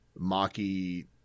Maki